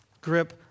grip